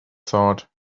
thought